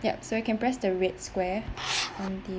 yup so you can press the red square and the